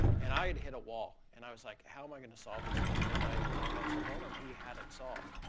and i'd hit a wall, and i was like how am i going to solve this thing, and and then when i met sarbbottam he had it solved.